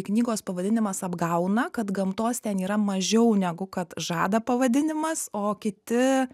knygos pavadinimas apgauna kad gamtos ten yra mažiau negu kad žada pavadinimas o kiti